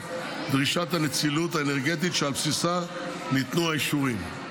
דרישת הנצילות האנרגטית שעל בסיסה ניתנו אישורים.